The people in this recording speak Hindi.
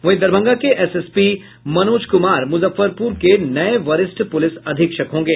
वहीं दरभंगा के एसएसपी मनोज कुमार मुजफ्फरपुर के नये वरिष्ठ पुलिस अधीक्षक होंगे